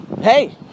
hey